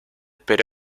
pero